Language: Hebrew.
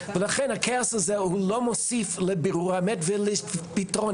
לכן הכאוס הזה לא מוסיף לבירור האמת ולפתרון.